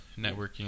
networking